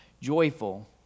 joyful